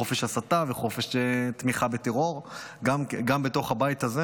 חופש הסתה וחופש תמיכה בטרור גם בתוך הבית הזה.